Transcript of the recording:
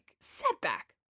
setback